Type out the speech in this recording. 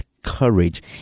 courage